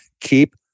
keep